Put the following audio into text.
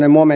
ne ovat